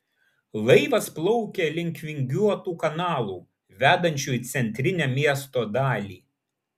laivas plaukė link vingiuotų kanalų vedančių į centrinę miesto dalį